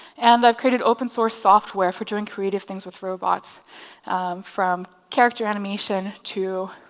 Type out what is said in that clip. and i've created open-source software for doing creative things with robots from character animation to